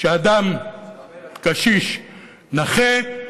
אדם קשיש נכה,